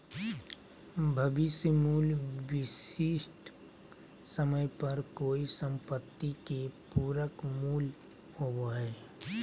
भविष्य मूल्य विशिष्ट समय पर कोय सम्पत्ति के पूरक मूल्य होबो हय